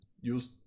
Use